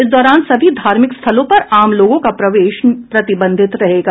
इस दौरान सभी धार्मिक स्थलों पर आम लोगों का प्रवेश प्रतिबंधित रहेगा